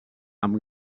amb